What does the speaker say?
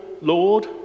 Lord